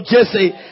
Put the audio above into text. Jesse